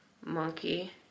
Monkey